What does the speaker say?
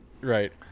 right